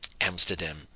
Amsterdam